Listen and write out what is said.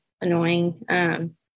annoying